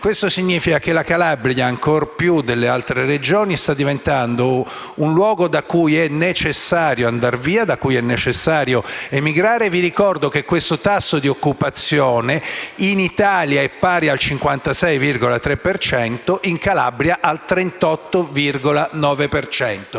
Questo significa che la Calabria, ancora più delle altre Regioni, sta diventando un luogo da cui è necessario andare via ed emigrare. Vi ricordo che il tasso di occupazione in Italia è pari al 56,3 per cento, mentre in Calabria al 38,9